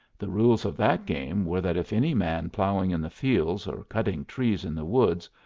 the rules of that game were that if any man ploughing in the fields, or cutting trees in the woods,